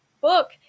book